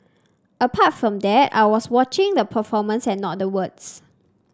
apart from that I was watching the performance and not the words